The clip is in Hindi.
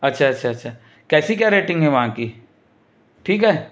अच्छा अच्छा अच्छा कैसी क्या रेटिंग है वहाँ की ठीक है